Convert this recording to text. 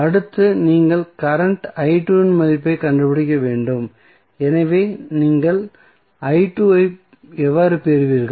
அடுத்து நீங்கள் கரண்ட் இன் மதிப்பைக் கண்டுபிடிக்க வேண்டும் எனவே நீங்கள் ஐ எவ்வாறு பெறுவீர்கள்